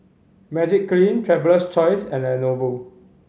Magiclean Traveler's Choice and Lenovo